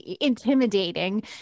intimidating